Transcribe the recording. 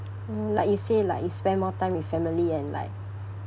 mm like you say like you spend more time with family and like